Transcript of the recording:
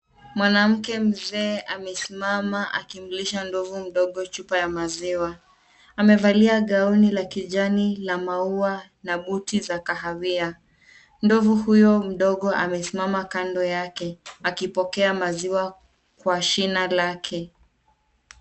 Mwanamke mzee amesimama akimlisha ndovu mdogo chupa ya maziwa. amevalia gauni la kijani la maua na buti la kahawia. Ndovu huyo mdogo amesimama kando yake akipokea maziwa kwa shina lake.